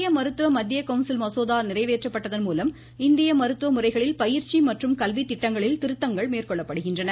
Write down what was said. இந்திய மருத்துவ மத்திய கவுன்சில் மசோதா நிறைவேற்றப்பட்டதன் மூலம் இந்திய மருத்துவ முறைகளில் பயிற்சி மற்றும் கல்வி திட்டங்களில் திருத்தங்கள் மேற்கொள்ளப்படுகின்றன